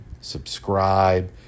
subscribe